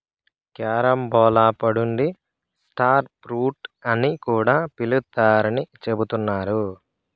carambola పండుని star fruit అని కూడా పిలుత్తారని చెబుతున్నారు